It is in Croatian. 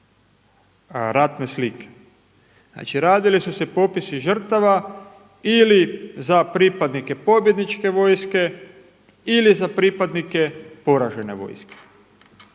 ratne slike. Znači radili su se popisi žrtava ili za pripadnike pobjedničke vojske ili za pripadnike poražene vojske